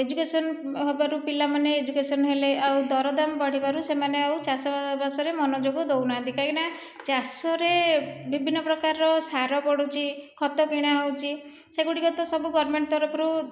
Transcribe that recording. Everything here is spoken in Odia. ଏଜୁକେସନ୍ ହେବାରୁ ପିଲାମାନେ ଏଜୁକେସନ୍ ହେଲେ ଆଉ ଦରଦାମ୍ ବଢ଼ିବାରୁ ସେମାନେ ଆଉ ଚାଷ ବାସରେ ମନଯୋଗ ଦେଉନାହାଁନ୍ତି କାହିଁକି ନା ଚାଷରେ ବିଭିନ୍ନ ପ୍ରକାରର ସାର ପଡ଼ୁଛି ଖତ କିଣା ହେଉଛି ସେଗୁଡ଼ିକ ତ ସବୁ ତରଫରୁ